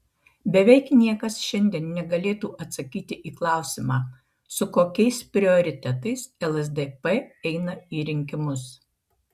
beveik niekas šiandien negalėtų atsakyti į klausimą su kokiais prioritetais lsdp eina į rinkimus